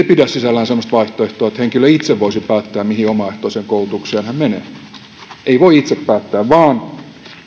pidä sisällään semmoista vaihtoehtoa että henkilö itse voisi päättää mihin omaehtoiseen koulutukseen hän menee ei voi itse päättää vaan